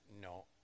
no